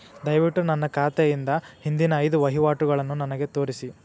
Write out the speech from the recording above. ದಯವಿಟ್ಟು ನನ್ನ ಖಾತೆಯಿಂದ ಹಿಂದಿನ ಐದು ವಹಿವಾಟುಗಳನ್ನು ನನಗೆ ತೋರಿಸಿ